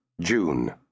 June